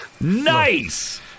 Nice